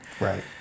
Right